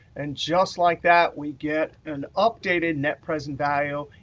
and just like that, we get an updated net present value,